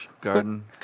Garden